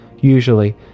Usually